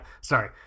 sorry